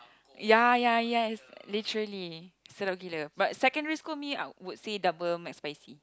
ya ya ya literally sedap gila but secondary school me I would say double McSpicy